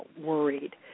worried